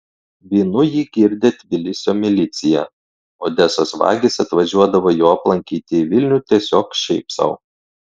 vynu jį girdė tbilisio milicija odesos vagys atvažiuodavo jo aplankyti į vilnių tiesiog šiaip sau